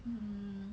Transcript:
mm